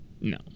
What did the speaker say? No